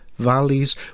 valleys